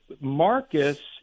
marcus